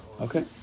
Okay